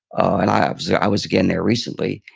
ah and i ah so i was again there recently,